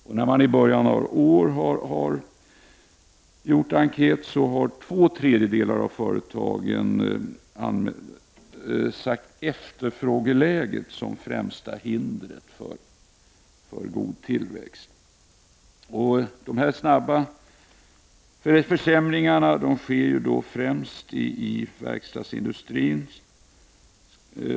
I en enkät från början av året angav två tredjedelar av företagen däremot efterfrågeläget som det främsta hindret för god tillväxt. De snabba försämringarna sker främst inom verkstadsindustrin.